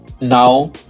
now